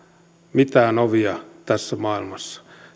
mitään ovia tässä maailmassa